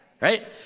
right